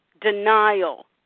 denial